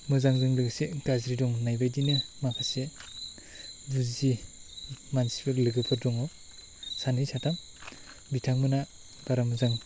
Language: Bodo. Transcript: मोजांजों लोगोसे गाज्रि दं होन्नाय बायदिनो माखासे बुजियि मानसिफोर लोगोफोर दङ साननै साथाम बिथांमोनहा बारा मोजां